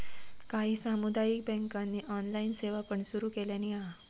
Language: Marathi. काही सामुदायिक बँकांनी ऑनलाइन सेवा पण सुरू केलानी हा